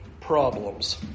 problems